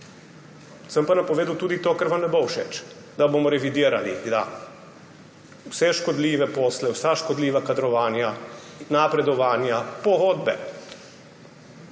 Sem pa napovedal tudi to, kar vam ne bo všeč – da bomo revidirali vse škodljive posle, vsa škodljiva kadrovanja, napredovanja, pogodbe.